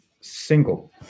single